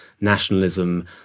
nationalism